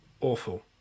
Awful